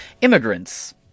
immigrants